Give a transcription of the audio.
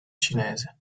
cinese